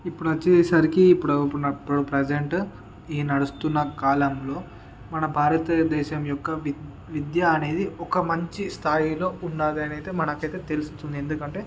ఇప్పుడు వచ్చేసరికి ఇప్పుడు ఉన్న ఇప్పుడు ఇప్పుడు ప్రెజంట్ ఈ నడుస్తున్న కాలంలో మన భారతదేశం యొక్క వి విద్య అనేది ఒక మంచి స్థాయిలో ఉన్నదైతే మనకైతే తెలుస్తుంది ఎందుకంటే